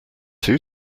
two